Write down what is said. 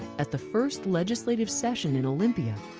at the first legislative session in olympia,